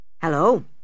hello